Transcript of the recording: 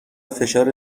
فشار